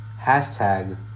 hashtag